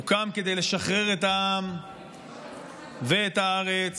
הוקם כדי לשחרר את העם ואת הארץ,